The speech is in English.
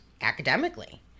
academically